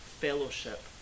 fellowship